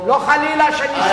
לא חלילה שאני,